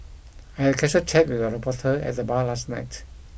I had casual chat with a reporter at the bar last night